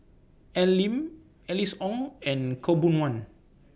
Al Lim Alice Ong and Khaw Boon Wan